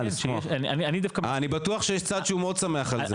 אה לשמוח, אני בטוח שיש צד שהוא מאוד שמח על זה.